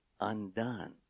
undone